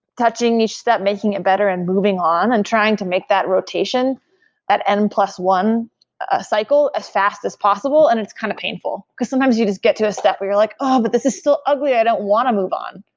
touching each step, making it better and moving on and trying to make that rotation at n plus one ah cycle as fast as possible and it's kind of painful. because sometimes you just get to a step where you're like, oh, but this is still ugly. i don't want to move on.